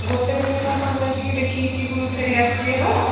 ଗୋଟେ ଦିନରେ ସାର୍ କ'ଣ ଯାଇକି ଦେଖିକି ଫେରି ଆସି ହବ